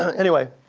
anyway,